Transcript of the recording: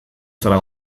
zara